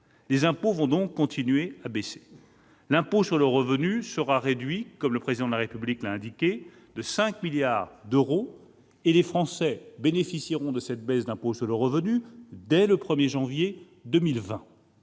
Les impôts vont donc continuer à baisser. L'impôt sur le revenu sera réduit, le Président de la République l'a indiqué, de 5 milliards d'euros et les Français bénéficieront de cette baisse dès le 1 janvier 2020.